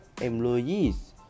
employees